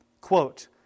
Quote